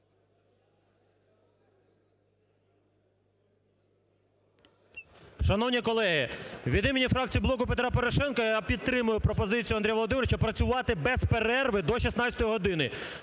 Шановні колеги, від імені фракції "Блоку Петра Порошенка" я підтримую пропозицію Андрія Володимировича працювати без перерви до 16 години.